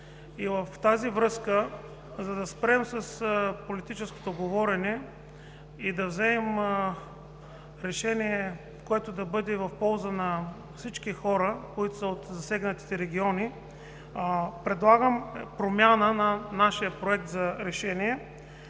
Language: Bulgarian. В тази връзка, за да спрем с политическото говорене и да вземем решение, което да бъде в полза на всички хора, които са в засегнати региони, предлагам промяна – нашият проект за решение